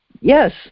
Yes